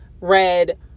Red